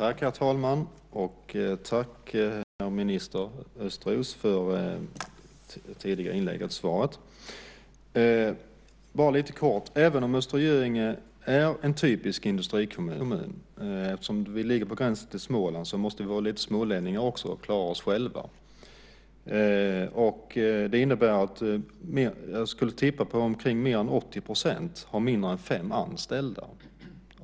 Herr talman! Tack, minister Östros, för svaret. Även om Östra Göinge är en typisk industrikommun är det trots allt också en väldigt småföretagartät kommun. Eftersom vi ligger på gränsen till Småland måste vi vara lite smålänningar också och klara oss själva. Jag skulle tippa att mer än 80 % har mindre än fem anställda.